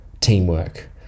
teamwork